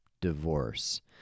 Divorce